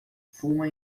fuma